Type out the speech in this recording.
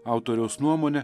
autoriaus nuomone